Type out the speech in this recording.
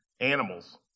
animals